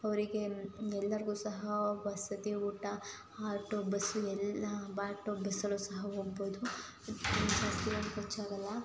ಅವರಿಗೆ ಎಲ್ಲರಿಗೂ ಸಹ ವಸತಿ ಊಟ ಹಾಟೋ ಬಸ್ ಎಲ್ಲ ಬಸ್ಸಲ್ಲೂ ಸಹ ಹೋಗ್ಬೋದು ಜಾಸ್ತಿ ಏನೂ ಖರ್ಚಾಗಲ್ಲ